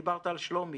דיברת על שלומי.